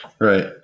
Right